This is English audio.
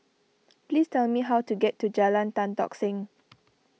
please tell me how to get to Jalan Tan Tock Seng